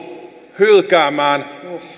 hylkäämään